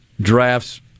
drafts